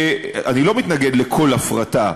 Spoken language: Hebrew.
אני לא מתנגד לכל הפרטה,